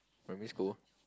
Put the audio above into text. primary school